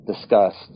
discussed